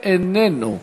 איננו,